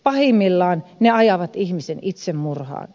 pahimmillaan ne ajavat ihmisen itsemurhaan